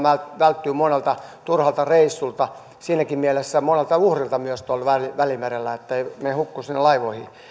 välttyä monelta turhalta reissulta siinäkin mielessä monelta uhrilta myös tuolla välimerellä että he eivät hukkuisi sinne